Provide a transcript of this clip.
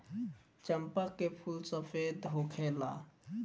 चंपा के फूल सफेद होखेला